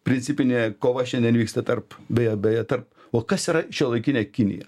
principinė kova šiandien vyksta tarp beje beje tarp o kas yra šiuolaikinė kinija